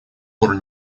пор